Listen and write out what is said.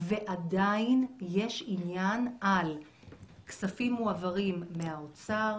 ועדיין יש עניין כספים מועברים מהאוצר.